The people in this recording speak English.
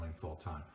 full-time